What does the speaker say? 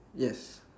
yes